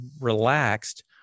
relaxed